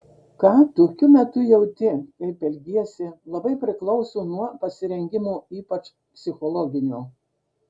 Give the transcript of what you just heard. ką tokiu metu jauti kaip elgiesi labai priklauso nuo pasirengimo ypač psichologinio